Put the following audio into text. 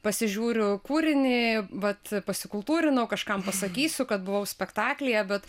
pasižiūriu kūrinį vat pasikultūrinau kažkam pasakysiu kad buvau spektaklyje bet